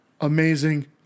Amazing